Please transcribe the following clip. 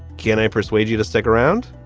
can i persuade you to stick around?